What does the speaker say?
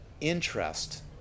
interest